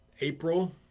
April